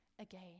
again